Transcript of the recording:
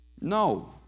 No